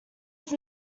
also